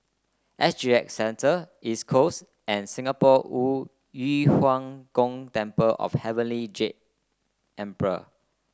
S G X Centre East Coast and Singapore Yu Huang Gong Temple of Heavenly Jade Emperor